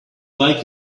like